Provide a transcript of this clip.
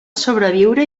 sobreviure